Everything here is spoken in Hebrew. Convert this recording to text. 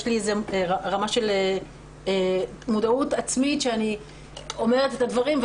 יש לי רמה של מודעות עצמית שאני אומרת את הדברים.